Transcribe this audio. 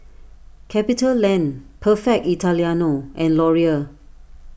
CapitaLand Perfect Italiano and Laurier